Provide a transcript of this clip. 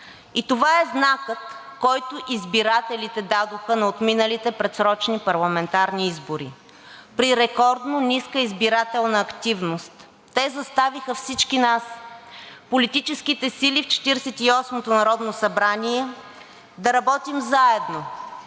Това е знакът, който избирателите дадоха на отминалите предсрочни парламентарни избори при рекордно ниска избирателна активност. Те заставиха всички нас – политическите сили в Четиридесет и осмото народно събрание, да работим заедно